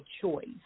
choice